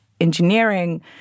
engineering